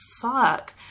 fuck